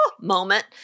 moment